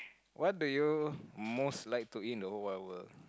what do you most like to eat in the whole wide world